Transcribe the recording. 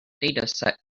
dataset